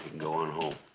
go on home.